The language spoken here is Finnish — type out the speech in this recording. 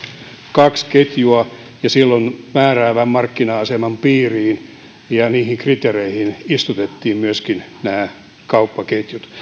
kaksi ketjua silloin määräävän markkina aseman piiriin ja niihin kriteereihin istutettiin myöskin nämä kauppaketjut